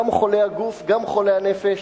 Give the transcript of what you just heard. גם חולי הגוף, גם חולי הנפש.